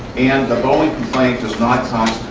and the boeing complaint does not